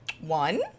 One